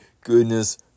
goodness